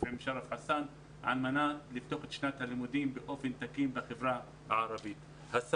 שרף חסאן על מנת לפתוח את שנת הלימודים בחברה הערבית באופן תקין.